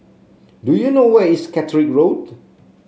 do you know where is Caterick Road